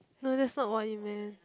no that's not what he meant